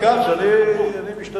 אז, חבר הכנסת כץ, אני משתדל.